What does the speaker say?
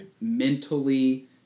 mentally